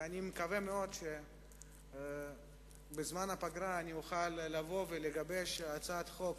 ואני מקווה מאוד שבזמן הפגרה אוכל לגבש הצעת חוק